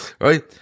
right